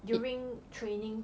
during training